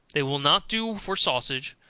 that will not do for sausage,